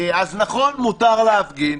אז נכון, מותר להפגין.